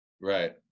Right